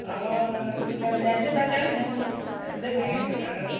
हय बेबद्यांचें तशेंच न्हू बेबदे खंय आयकतात